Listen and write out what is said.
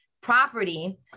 property